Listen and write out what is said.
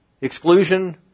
Exclusion